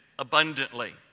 Abundantly